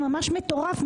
ממש מטורף,